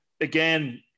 Again